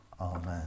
Amen